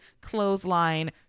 clothesline